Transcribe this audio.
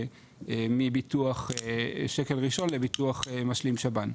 מביטוח שקל ראשון לביטוח משלים שב"ן.